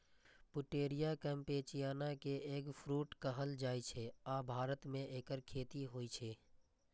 Pouteria campechiana कें eggfruit कहल जाइ छै, आ भारतो मे एकर खेती होइ छै